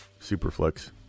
Superflex